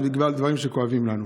זה בגלל דברים שכואבים לנו.